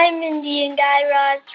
and mindy and guy raz.